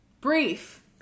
Brief